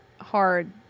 hard